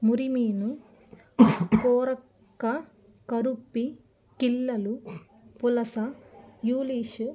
మురిమీను కోరక్క కరుప్పి కిల్లలు పులస యూలీషు